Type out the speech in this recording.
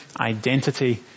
identity